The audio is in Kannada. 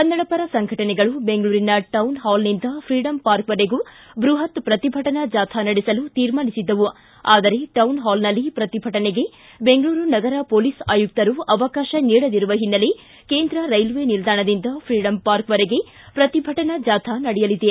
ಕನ್ನಡ ಪರ ಸಂಘಟನೆಗಳು ಬೆಂಗಳೂರಿನ ಟೌನ್ಹಾಲ್ನಿಂದ ಫ್ರೀಡಂ ಪಾರ್ಕ್ವರೆಗೂ ಬ್ಬಹತ್ ಪ್ರತಿಭಟನಾ ಜಾಥಾ ನಡೆಸಲು ತೀರ್ಮಾನಿಸಿದ್ದವು ಆದರೆ ಟೌನ್ ಹಾಲ್ನಲ್ಲಿ ಪ್ರತಿಭಟನೆಗೆ ಬೆಂಗಳೂರು ನಗರ ಪೊಲೀಸ್ ಆಯುಕ್ತರು ಅವಕಾಶ ನೀಡದಿರುವ ಹಿನ್ನೆಲೆ ಕೇಂದ್ರ ರೈಲ್ವೆ ನಿಲ್ಲಾಣದಿಂದ ಫ್ರೀಡಂಪಾರ್ಕ್ವರೆಗೆ ಪ್ರತಿಭಟನಾ ಜಾಥ ನಡೆಯಲಿದೆ